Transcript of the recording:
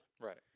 right